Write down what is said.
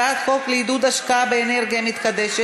הצעת חוק לעידוד השקעה באנרגיות מתחדשות